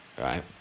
right